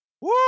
Woo